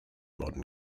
modern